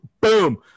Boom